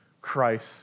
Christ